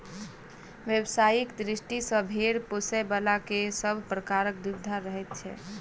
व्यवसायिक दृष्टि सॅ भेंड़ पोसयबला के सभ प्रकारक सुविधा रहैत छै